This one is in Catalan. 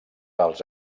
els